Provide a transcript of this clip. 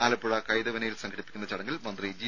ആലപ്പുഴ കൈതവനയിൽ സംഘടിപ്പിക്കുന്ന ചടങ്ങിൽ മന്ത്രി ജി